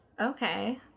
Okay